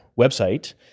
website